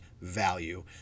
value